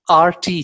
RT